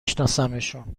شناسمشون